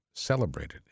Celebrated